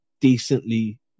decently